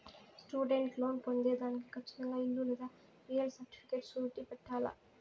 student loan పొందేదానికి కచ్చితంగా ఇల్లు లేదా రియల్ సర్టిఫికేట్ సూరిటీ పెట్టాల్ల